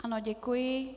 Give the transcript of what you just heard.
Ano, děkuji.